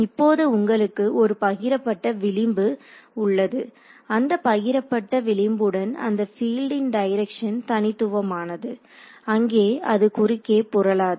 இப்போது உங்களுக்கு ஒரு பகிரப்பட்ட விளிம்பு உள்ளது அந்த பகிரப்பட்ட விளிம்புடன் அந்த பீல்டின் டைரக்சன் தனித்துவமானது அங்கே அது குறுக்கே புரலாது